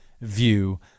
view